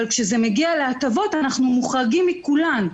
אבל כשזה מגיע להטבות אנחנו מוחרגים מכולם,